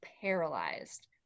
paralyzed